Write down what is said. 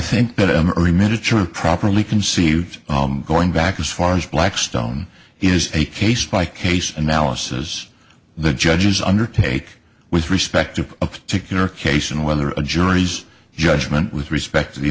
think that emery miniature properly conceived going back as far as blackstone is a case by case analysis the judges undertake with respect to a particular case and whether a jury's judgment with respect to the